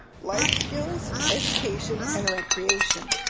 life skills, education, and recreation.